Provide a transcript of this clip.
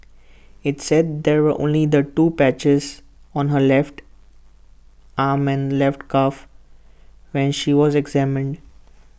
IT said there were only the two patches on her left arm and left calf when she was examined